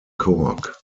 cork